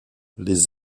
les